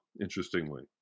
interestingly